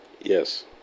Yes